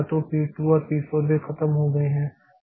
तो पी 2 और पी 4 वे खत्म हो गए हैं